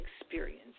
experience